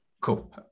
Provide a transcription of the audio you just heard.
Cool